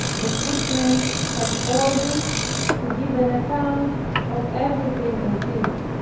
the footmen had orders to give an account of everything i did.